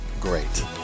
great